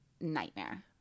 nightmare